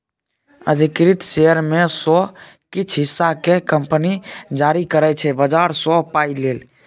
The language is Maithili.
अधिकृत शेयर मे सँ किछ हिस्सा केँ कंपनी जारी करै छै बजार सँ पाइ लेल